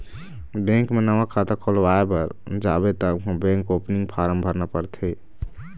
bank म नवा खाता खोलवाए बर जाबे त उहाँ बेंक ओपनिंग फारम भरना परथे